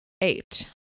Eight